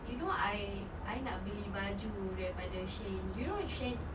you know I I nak beli baju daripada Shein you know Shein